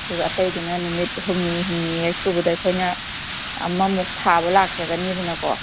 ꯑꯗꯨꯒ ꯑꯇꯩꯗꯨꯅ ꯅꯨꯃꯤꯠ ꯍꯨꯝꯅꯤ ꯍꯨꯝꯅꯤ ꯍꯦꯛ ꯁꯨꯕꯗ ꯑꯩꯈꯣꯏꯅ ꯑꯃꯃꯨꯛ ꯊꯥꯕ ꯂꯥꯛꯆꯒꯅꯤꯗꯅꯀꯣ